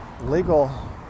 legal